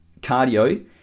cardio